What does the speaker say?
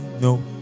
no